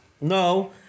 No